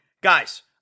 guys